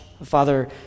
Father